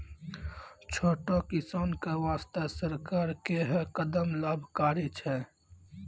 छोटो किसान के वास्तॅ सरकार के है कदम लाभकारी छै